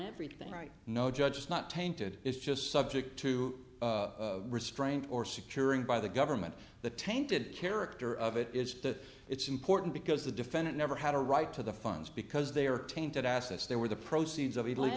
everything right no judge is not tainted is just subject to restraint or securing by the government the tainted character of it is that it's important because the defendant never had a right to the funds because they are tainted assets they were the proceeds o